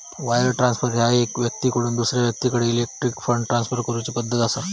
wire transfer ह्या एका व्यक्तीकडसून दुसरा व्यक्तीकडे इलेक्ट्रॉनिक फंड ट्रान्सफर करूची पद्धत असा